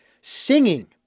singing